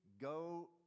go